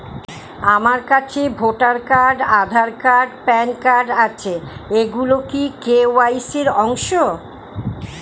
আমার কাছে voter card Aadhaar card PAN card আছে এগুলো কি কে.ওয়াই.সি র অংশ?